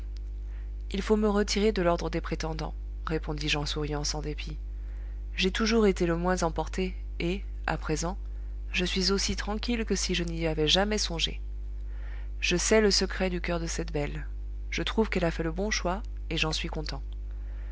il faut me retirer de l'ordre des prétendants répondis-je en souriant sans dépit j'ai toujours été le moins emporté et à présent je suis aussi tranquille que si je n'y avais jamais songé je sais le secret du coeur de cette belle je trouve qu'elle a fait le bon choix et j'en suis content